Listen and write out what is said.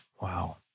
Wow